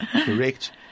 Correct